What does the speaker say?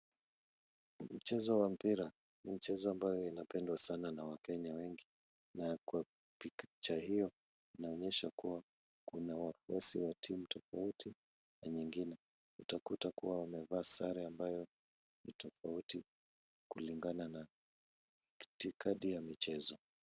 Mchezo wa mpira ni mchezo ambayo inapendwa sana na wakenya wengi. Na kwa picha hiyo inaonyesha kuwa kuna wafuasi wa timu tofauti na nyingine. Utakuta kuwa wamevaa sare ambayo ni tofauti. Kulingana na katikati ya michezo.